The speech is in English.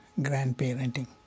grandparenting